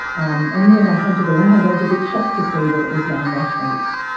um and when i hunted around i was a bit shocked to see that it was young nationals.